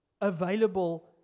available